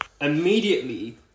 immediately